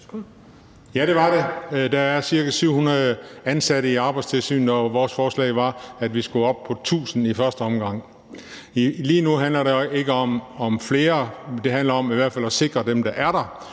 Ja, det var det. Der er ca. 700 ansatte i Arbejdstilsynet, og vores forslag var, at vi i første omgang skulle op på 1.000. Lige nu handler det ikke om flere ansatte, men om i hvert fald at sikre dem, der er der.